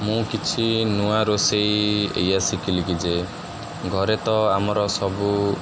ମୁଁ କିଛି ନୂଆ ରୋଷେଇ ଏଇଆ ଶିଖିଲିକି ଯେ ଘରେ ତ ଆମର ସବୁ